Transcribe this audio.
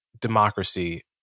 democracy